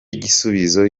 gisubizo